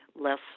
less